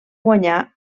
guanyar